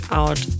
out